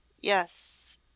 yes